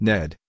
Ned